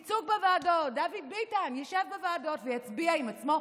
ייצוג בוועדות: דוד ביטן ישב בוועדות ויצביע עם עצמו,